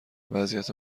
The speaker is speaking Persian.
وضعیت